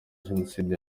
jenoside